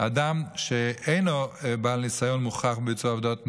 אדם שאינו בעל ניסיון מוכח בביצוע עבודות בנייה,